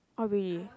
oh really